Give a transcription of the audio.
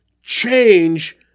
change